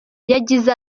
yagize